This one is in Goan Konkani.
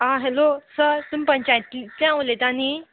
आं हॅलो सर तुमी पंचायतींतल्यान उलयता न्ही